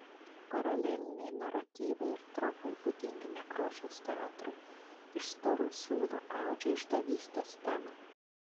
paraleliniai naratyvai ir tropai būdingi nekrošiaus teatrui iš storų siūlų audžia išdavystės temą